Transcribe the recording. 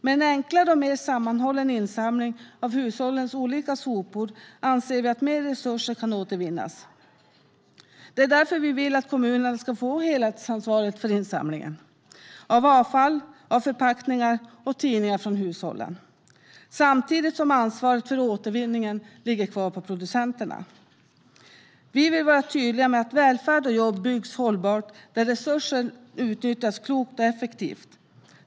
Med en enklare och mer sammanhållen insamling av hushållens olika sopor anser vi att mer resurser kan återvinnas. Det är därför vi vill att kommunerna ska få helhetsansvaret för insamlingen av avfall, förpackningar och tidningar från hushållen, samtidigt som ansvaret för återvinningen ligger kvar på producenterna. Vi vill vara tydliga med att välfärd och jobb byggs hållbart där resurser utnyttjas klokt och effektivt.